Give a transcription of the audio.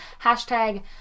hashtag